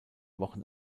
wochen